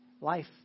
life